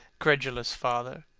credulous father!